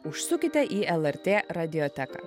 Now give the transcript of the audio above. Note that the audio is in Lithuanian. užsukite į lrt radioteką